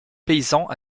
paysans